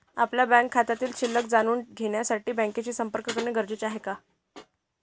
आपल्या बँक खात्यातील शिल्लक जाणून घेण्यासाठी बँकेशी संपर्क करणे गरजेचे आहे